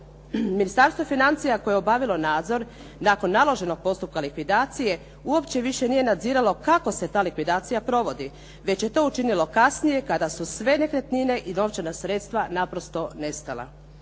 Ministarstvo financija koje je obavilo nadzor, nakon naložen postupka likvidacije uopće više nije nadziralo kako se ta likvidacija provodi, već je to učinilo kasnije kada su sve nekretnine i novčana sredstva naprosto nestala.